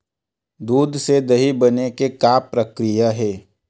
दूध से दही बने के का प्रक्रिया हे?